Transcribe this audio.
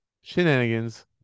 shenanigans